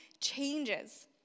changes